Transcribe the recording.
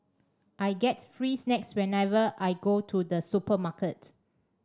I get free snacks whenever I go to the supermarket